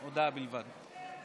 הודעה בלבד.